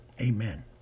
amen